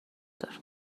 دار